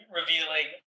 revealing